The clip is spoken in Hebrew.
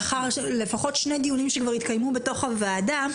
לאחר לפחות שני דיונים שכבר התקיימו בתוך הוועדה,